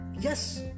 Yes